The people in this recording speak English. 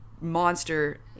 monster